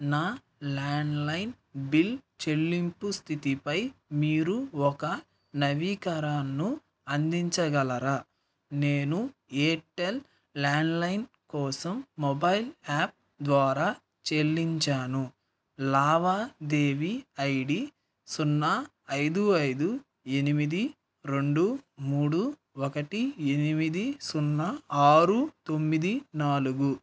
నా landline bill చెల్లింపు స్థితిపై మీరు ఒక నవీకరణను అందించగలరా నేను ఎయిర్టెల్ ల్యాండ్లైన్ కోసం మొబైల్ యాప్ ద్వారా చెల్లించాను లావాదేవీ ఐ డి సున్నా ఐదు ఐదు ఎనిమిది రెండు మూడు ఒకటి ఎనిమిది సున్నా ఆరు తొమ్మిది నాలుగు